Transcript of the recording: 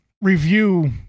Review